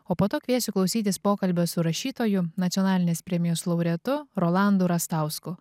o po to kviesiu klausytis pokalbio su rašytoju nacionalinės premijos laureatu rolandu rastausku